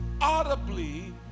audibly